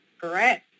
Correct